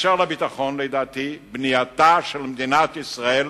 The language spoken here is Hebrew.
אשר לביטחון, לדעתי בנייתה של מדינת ישראל